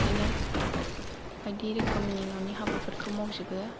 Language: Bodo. बिदिनो बायदि रोखोमनि न'नि हाबाफोरखौ मावजोबो